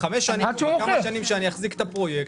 בכמה השנים שאני אחזיק את הפרויקט.